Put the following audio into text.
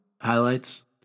Highlights